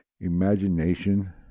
imagination